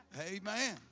Amen